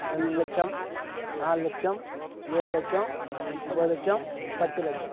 ரெண்டு லட்சம் நாலு லட்சம் ஏழு லட்சம் ஒம்பது லட்சம் பத்து லட்சம்